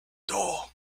door